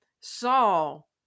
Saul